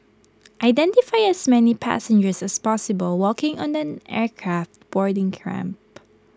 identify as many passengers as possible walking on an aircraft boarding ramp